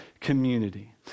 community